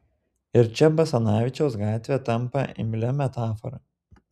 ir čia basanavičiaus gatvė tampa imlia metafora